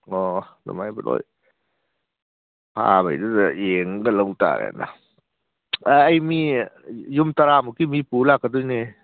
ꯑꯣ ꯑꯗꯨꯃꯥꯏꯕꯨ ꯂꯣꯏ ꯐꯥꯕꯩꯗꯨꯗ ꯌꯦꯡꯉꯒ ꯂꯧ ꯇꯥꯔꯦꯅ ꯑ ꯑꯩ ꯃꯤ ꯌꯨꯝ ꯇꯔꯥꯃꯨꯛꯀꯤ ꯃꯤ ꯄꯨ ꯂꯥꯛꯀꯗꯣꯏꯅꯦ